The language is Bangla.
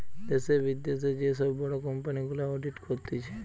দ্যাশে, বিদ্যাশে যে সব বড় কোম্পানি গুলা অডিট করতিছে